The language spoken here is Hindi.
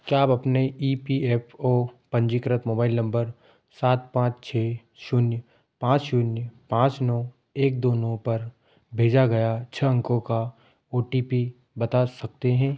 क्या आप अपने ई पी एफ ओ पंजीकृत मोबाइल नम्बर सात पाँच छः शून्य पाँच शून्य पाँच नौ एक दो नौ पर भेजा गया छः अंकों का ओ टी पी बता सकते हैं